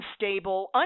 unstable